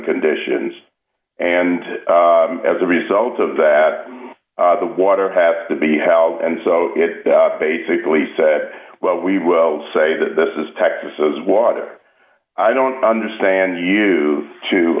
conditions and as a result of that the water have to be held and so it basically said well we will say that this is texas has water i don't understand you to